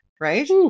right